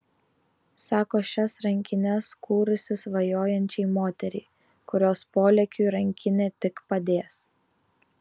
sako šias rankines kūrusi svajojančiai moteriai kurios polėkiui rankinė tik padės